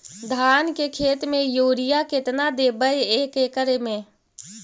धान के खेत में युरिया केतना देबै एक एकड़ में?